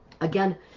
Again